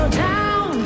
down